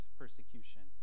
persecution